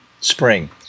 spring